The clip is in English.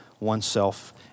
oneself